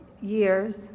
years